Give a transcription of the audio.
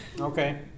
Okay